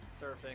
surfing